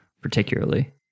particularly